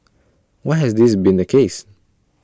why has this been the case